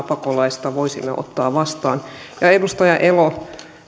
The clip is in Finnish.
pakolaista voisimme ottaa vastaan ja edustaja elo